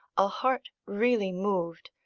a heart really moved,